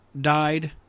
died